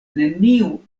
neniu